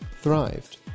thrived